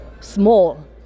small